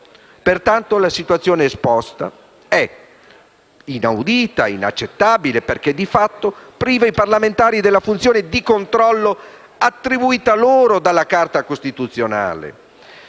Pertanto, la situazione esposta è inaudita e inaccettabile, perché, di fatto, priva i parlamentari della funzione di controllo attribuita loro dalla Carta costituzionale.